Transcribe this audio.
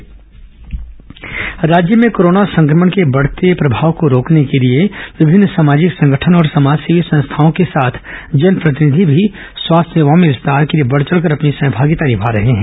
Covid सामाजिक सहभागिता राज्य में कोरोना संक्रमण के बढ़ते प्रभाव को रोकने के लिए विभिन्न सामाजिक संगठन और समाजसेवी संस्थाओं के साथ जनप्रतिनिधि भी स्वास्थ्य सेवाओं में विस्तार के लिए बढ़ चढ़कर अपनी सहभागिता निभा रहे हैं